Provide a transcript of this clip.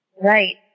Right